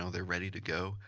ah they're ready to go.